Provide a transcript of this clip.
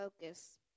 focus